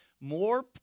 more